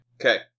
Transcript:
Okay